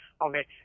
Okay